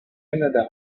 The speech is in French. canada